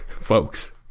folks